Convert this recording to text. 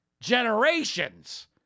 generations